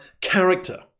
character